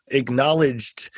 acknowledged